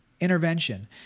intervention